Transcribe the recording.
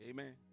Amen